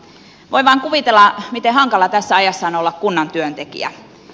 voi vain kuvitella miten hankala tässä ajassa on olla kunnan työntekijä